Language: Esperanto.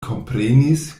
komprenis